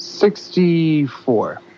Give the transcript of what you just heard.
Sixty-four